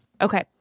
Okay